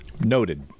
Noted